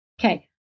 Okay